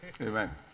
Amen